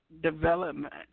development